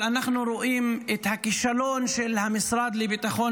אנחנו רואים את הכישלון של המשרד לביטחון